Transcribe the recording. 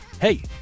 Hey